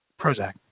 Prozac